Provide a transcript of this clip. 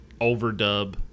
overdub